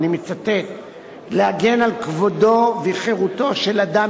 ואני לא צריך להזכיר לחברי הכנסת שהדבר